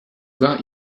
got